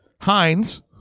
Heinz